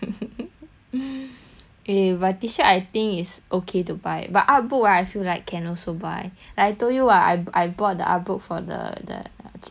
eh but T-shirt I think is okay to buy but artbook right I feel like can also buy like I told you what I I bought the artbook for the the eng~ chinese manga thing